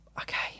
okay